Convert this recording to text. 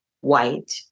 white